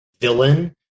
villain